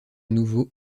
nouveau